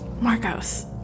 Marcos